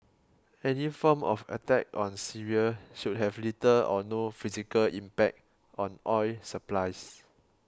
any form of attack on Syria should have little or no physical impact on oil supplies